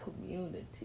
community